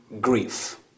Grief